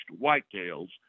whitetails